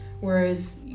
whereas